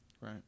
right